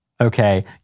Okay